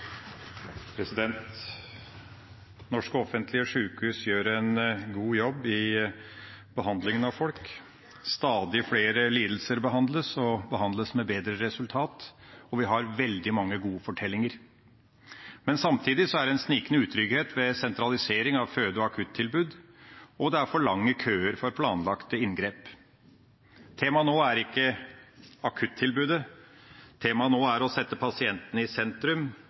Norske offentlige sjukehus gjør en god jobb i behandlinga av folk. Stadig flere lidelser behandles, og behandles med bedre resultat, og vi har veldig mange gode fortellinger. Men samtidig er det en snikende utrygghet ved sentralisering av føde- og akuttilbud, og det er for lange køer for planlagte inngrep. Temaet nå er ikke akuttilbudet. Temaet nå er å sette pasienten i sentrum,